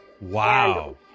Wow